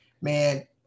man